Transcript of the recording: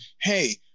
hey